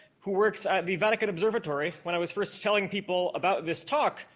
who works at the vatican observatory. when i was first telling people about this talk,